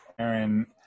Aaron